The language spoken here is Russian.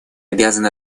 обязаны